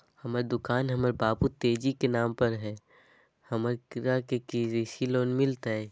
हमर दुकान हमर बाबु तेजी के नाम पर हई, हमरा के कृषि लोन मिलतई?